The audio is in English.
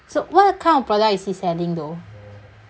so what kind of product is he selling though